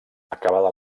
acabada